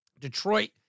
Detroit